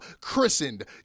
christened